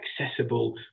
accessible